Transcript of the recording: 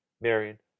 Marion